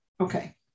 Okay